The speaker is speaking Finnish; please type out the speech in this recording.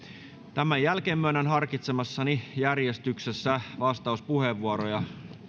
tämän jälkeen myönnän harkitsemassani järjestyksessä vastauspuheenvuoroja